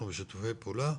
אנחנו בשיתופי פעולה,